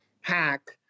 hack